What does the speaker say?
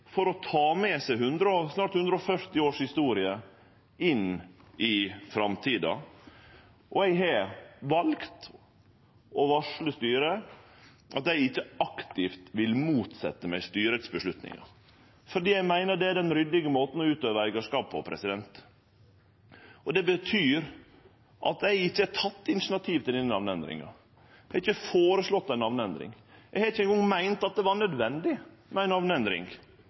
for å ta med seg snart 140 års historie inn i framtida. Eg har valt å varsle styret om at eg ikkje aktivt vil motsetje meg vedtaka til styret, for eg meiner det er den ryddige måten å utøve eigarskap på. Det betyr at eg ikkje har teke initiativ til denne namneendringa. Eg har ikkje føreslått ei namneendring. Eg har ikkje eingong meint at det var nødvendig med